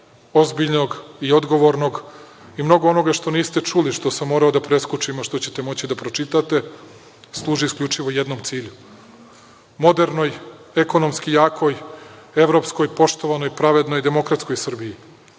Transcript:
ozbiljnog i odgovornog i mnogo onoga što niste čuli, što sam morao da preskočim, a što ćete moći da pročitate, služi isključivo jednom cilju, modernoj, ekonomski jakoj, evropskoj, poštovanoj, pravednoj, demokratskoj Srbiji.